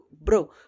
Bro